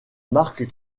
marc